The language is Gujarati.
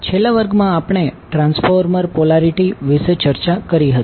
છેલ્લા વર્ગમાં આપણે ટ્રાન્સફોર્મર પોલારિટી વિશે ચર્ચા કરી હતી